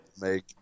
make